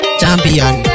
champion